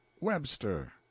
Webster